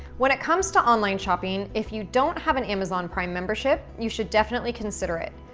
when it comes to online shopping, if you don't have an amazon prime membership, you should definitely consider it.